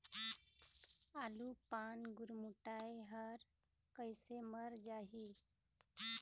आलू पान गुरमुटाए हर कइसे मर जाही?